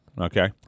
Okay